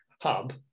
hub